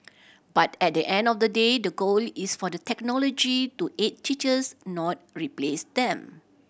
but at the end of the day the goal is for the technology to aid teachers not replace them